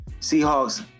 Seahawks